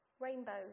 rainbows